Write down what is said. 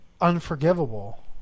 unforgivable